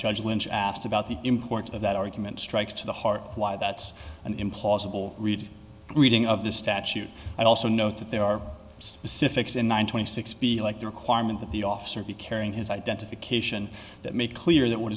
judge lynch asked about the import of that argument strikes to the heart of why that's an implausible read reading of the statute and also note that there are specifics in one thousand six be like the requirement that the officer be carrying his identification that make clear that what